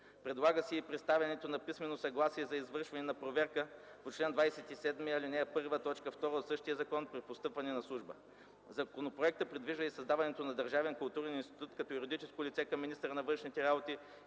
Предлага се и представянето на писмено съгласие за извършване проверка по чл. 27, ал. 1, т. 2 от същия закон при постъпване на служба. Законопроектът предвижда и създаването на Държавен културен институт като юридическо лице към министъра на външните работи